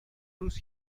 روز